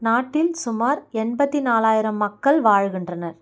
நாட்டில் சுமார் எண்பத்தி நாலாயிரம் மக்கள் வாழ்கின்றனர்